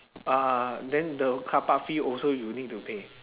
ah then the carpark fee also you need to pay